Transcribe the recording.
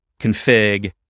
config